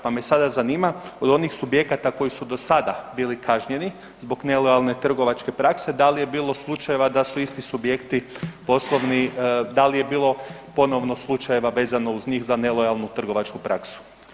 Pa me sada zanima, od onih subjekata koji su do sada bili kažnjeni zbog nelojalne trgovačke prakse, dal je bilo slučajeva da su isti subjekti poslovni, dal je bilo ponovno slučajeva vezano uz njih za nelojalnu trgovačku praksu?